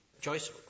Joyce